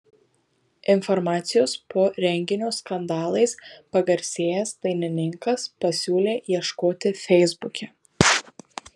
informacijos po renginio skandalais pagarsėjęs dainininkas pasiūlė ieškoti feisbuke